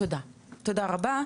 תודה, תודה רבה,